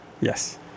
Yes